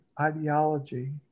ideology